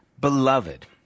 Beloved